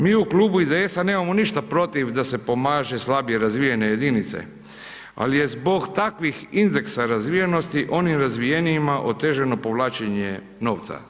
Mi u Klubu IDS-a nemamo ništa protiv da se pomaže slabije razvijenije jedinice, ali je zbog takvih indeksa razvijenosti, onima razvijenijima otežano povlačenje novca.